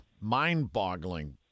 mind-boggling